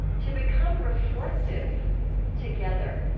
to become reflective together,